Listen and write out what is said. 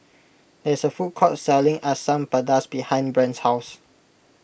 there is a food court selling Asam Pedas behind Brant's house